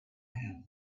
him